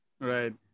Right